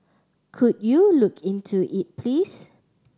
could you look into it please